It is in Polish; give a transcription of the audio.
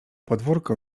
podwórko